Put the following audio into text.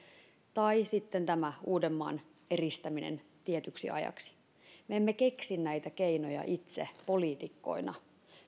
ja sitten tämä uudenmaan eristäminen tietyksi ajaksi me emme itse keksi näitä keinoja poliitikkoina